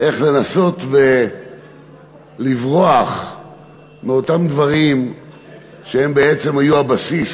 איך לנסות ולברוח מאותם דברים שהם בעצם היו הבסיס